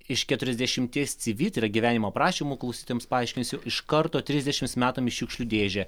iš keturiasdešimties cv tai yra gyvenimo aprašymų klausytojams paaiškinsiu iš karto trisdešimt metam į šiukšlių dėžę